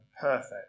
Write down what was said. perfect